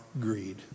greed